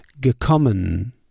gekommen